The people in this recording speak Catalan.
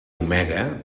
omega